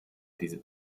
diese